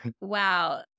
Wow